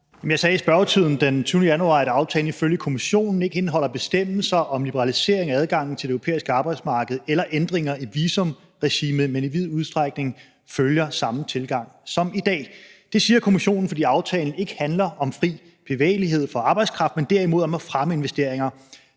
Jeg sagde i spørgetiden den 20. januar, at aftalen ifølge Kommissionen ikke indeholder bestemmelser om liberalisering af adgangen til det europæiske arbejdsmarked eller ændringer i visumregimet, men i vid udstrækning følger samme tilgang som i dag. Det siger Kommissionen, fordi aftalen ikke handler om fri bevægelighed for arbejdskraft, men derimod om at fremme investeringer.